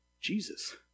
Jesus